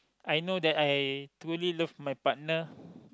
I know that I truly love my partner